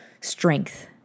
strength